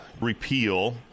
repeal